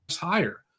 higher